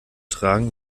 tragen